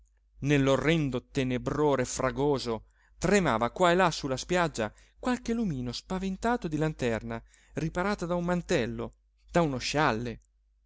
a vedere nell'orrendo tenebrore fragoroso tremava qua e là su la spiaggia qualche lumino spaventato di lanterna riparata da un mantello da uno scialle